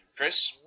Chris